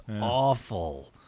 awful